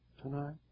tonight